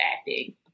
acting